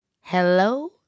hello